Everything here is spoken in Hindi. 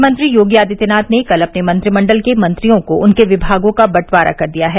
मुख्यमंत्री योगी आदित्यनाथ ने कल अपने मंत्रिमण्डल के मंत्रियों को उनके विभागों का बंटवारा कर दिया है